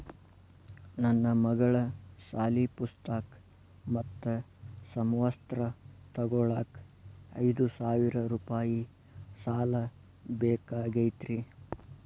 ನನ್ನ ಮಗಳ ಸಾಲಿ ಪುಸ್ತಕ್ ಮತ್ತ ಸಮವಸ್ತ್ರ ತೊಗೋಳಾಕ್ ಐದು ಸಾವಿರ ರೂಪಾಯಿ ಸಾಲ ಬೇಕಾಗೈತ್ರಿ